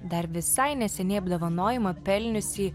dar visai neseniai apdovanojimą pelniusį